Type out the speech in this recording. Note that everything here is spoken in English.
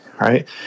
Right